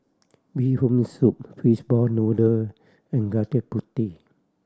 Bee Hoon Soup fishball noodle and gudeg puti